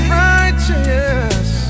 righteous